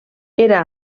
era